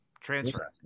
Transfer